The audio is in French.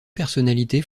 personnalités